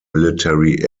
military